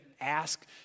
ask